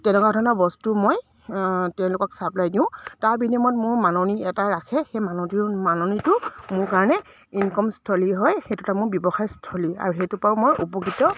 তেনেকুৱা ধৰণৰ বস্তু মই তেওঁলোকক ছাপ্লাই দিওঁ তাৰ বিনিময়ত মোৰ মাননী এটা ৰাখে সেই মাননী মাননীটো মোৰ কাৰণে ইনকমস্থলী হয় সেইটো এটা মোৰ ব্যৱসায়স্থলী আৰু সেইটোৰ পৰাও মই উপকৃত